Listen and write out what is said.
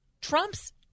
Trump's